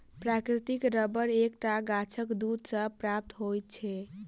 प्राकृतिक रबर एक टा गाछक दूध सॅ प्राप्त होइत छै